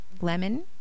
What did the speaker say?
Lemon